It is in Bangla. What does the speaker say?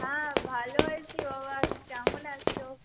হ্যাঁ ভালো আছি বাবা কেমন আছো